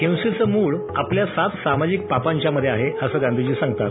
हिंसेचं मूळ आपल्या सात सामाजिक पापांच्या मधे आहे असं गांधीजी सांगतात